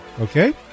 Okay